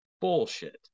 Bullshit